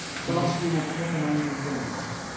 philosophy will clip an angels wings.